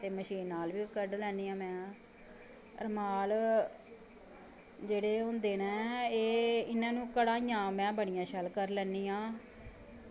ते मशीन नाल बी कड्ढ लैन्नी आं में रमाल जेह्ड़े होंदे न एह् इ'नां नूं कढ़ाइयां में बड़ी शैल कर लैन्नी आं